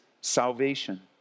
salvation